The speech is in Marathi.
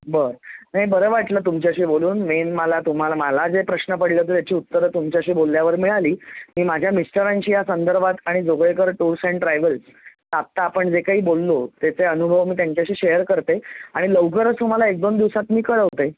बर नाही बरं वाटलं तुमच्याशी बोलून मेन मला तुम्हाला मला जे प्रश्न पडले होते त्याची उत्तरं तुमच्याशी बोलल्यावर मिळाली मी माझ्या मिस्टरांशी यासंदर्भात आणि जोगळेकर टूर्स अँड ट्रॅवल्स आत्ता आपण जे काही बोललो ते ते अनुभव मी त्यांच्याशी शेअर करते आणि लवकरच तुम्हाला एक दोन दिवसात मी कळवते